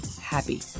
happy